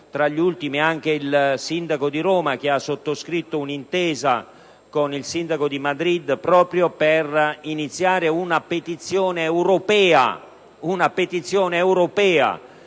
tra gli ultimi anche il sindaco di Roma, il quale ha sottoscritto un'intesa con il sindaco di Madrid proprio per promuovere una petizione europea